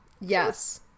Yes